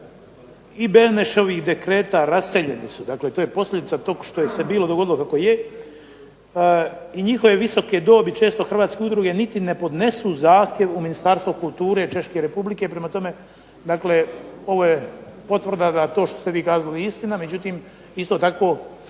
i Denešovih dekreta raseljeni su", dakle to je posljedica tog što je se bilo dogodilo kako je "i njihove visoke dobi često hrvatske udruge niti ne podnesu zahtjev u Ministarstvo kulture Češke Republike." Prema tome, dakle ovo je potvrda da to što ste vi kazali nije istina. Međutim, isto tako